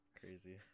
Crazy